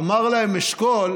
אמר להם אשכול: